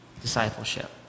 Discipleship